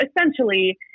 essentially